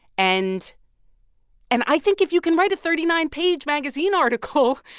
and and i think if you can write a thirty nine page magazine article